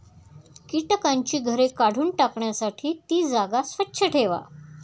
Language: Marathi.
कीटकांची घरे काढून टाकण्यासाठी ती जागा स्वच्छ ठेवा